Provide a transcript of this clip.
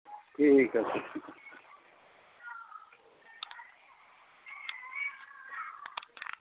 ঠিক আছে